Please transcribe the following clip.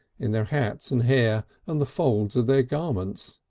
in their hats and hair and the folds of their garments.